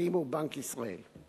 המשפטים ובנק ישראל.